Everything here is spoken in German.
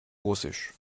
russisch